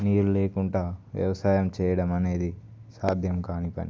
నీరు లేకుండా వ్యవసాయం చేయడం అనేది సాధ్యం కాని పని